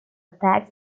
tax